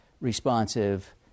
responsive